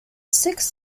six